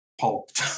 pulped